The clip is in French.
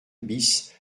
bis